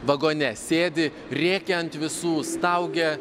vagone sėdi rėkia ant visų staugia